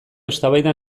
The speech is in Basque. eztabaida